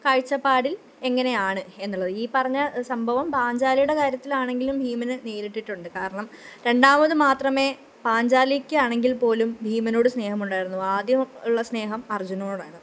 കാഴ്ച്ചപ്പാടില് എങ്ങനെയാണ് എന്നുള്ളത് ഈ പറഞ്ഞ സംഭവം പാഞ്ചാലിയുടെ കാര്യത്തിലാണെങ്കിലും ഭീമന് നേരിട്ടിട്ടുണ്ട് കാരണം രണ്ടാമത് മാത്രമേ പാഞ്ചാലിക്കാണെങ്കില്പ്പോലും ഭീമനോട് സ്നേഹമുണ്ടായിരുന്നു ആദ്യം ഉള്ള സ്നേഹം അര്ജുനനോടാണ്